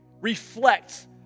reflect